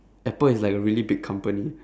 apple is like a really big company